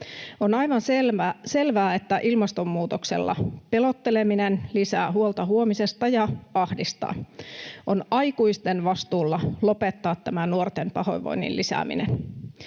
On aivan selvää, että ilmastonmuutoksella pelotteleminen lisää huolta huomisesta ja ahdistaa. On aikuisten vastuulla lopettaa tämä nuorten pahoinvoinnin lisääminen.